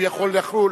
יכול לחול,